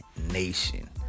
nation